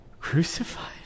crucified